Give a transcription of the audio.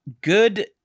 good